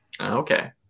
Okay